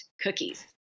cookies